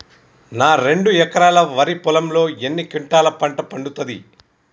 నా రెండు ఎకరాల వరి పొలంలో ఎన్ని క్వింటాలా పంట పండుతది?